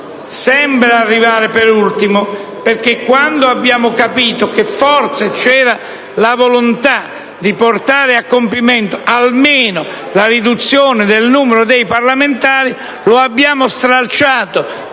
sembra arrivare per ultimo perché, quando abbiamo capito che forse vi era la volontà di portare a compimento almeno la riduzione del numero dei parlamentari, lo abbiamo stralciato